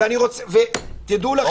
דעו לכם,